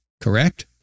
correct